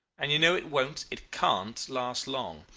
and you know it won't, it can't, last long.